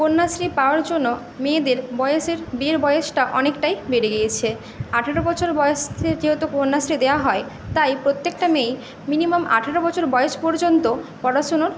কন্যাশ্রী পাওয়ার জন্য মেয়েদের বয়েসের বিয়ের বয়েসটা অনেকটাই বেড়ে গিয়েছে আঠেরো বছর বয়সে যেহেতু কন্যাশ্রী দেওয়া হয় তাই প্রত্যেকটা মেয়েই মিনিমাম আঠেরো বয়স পর্যন্ত পড়াশুনোর